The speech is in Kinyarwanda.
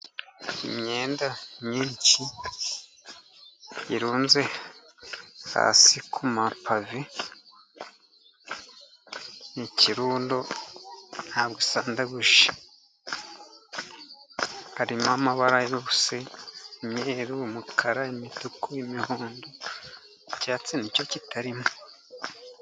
Imyenda myinshi, iruze hasi kumave, ikirundo ntabwo isandaguje , harimo amabara yose :umweru, umukara umutuku ,umuhondo, icyatsi ni cyo kitarimo.